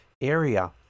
area